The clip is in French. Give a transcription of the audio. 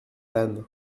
âne